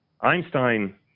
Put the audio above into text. Einstein